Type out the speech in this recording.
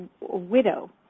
widow